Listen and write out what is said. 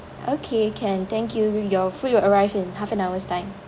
okay can thank you your food will arrive in half an hour's time